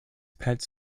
pets